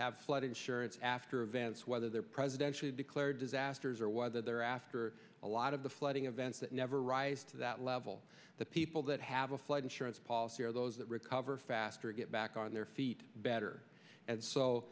have flood insurance after events whether they're presidential declared disasters or whether they're after a lot of the flooding events that never rise to that level that people that have a flood insurance policy or those that recover faster get back on their feet better and so